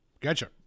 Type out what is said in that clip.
Gotcha